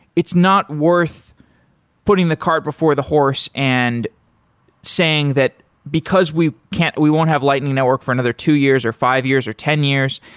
it's not worth putting the cart before the horse and saying that because we can't we won't have lightning network for another two years, or five years, or ten years,